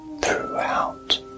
throughout